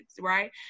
right